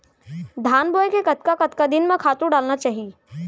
धान बोए के कतका कतका दिन म खातू डालना चाही?